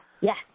Yes